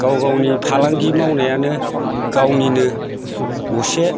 गाव गावनि फालांगि मावनायानो गावनिनो असे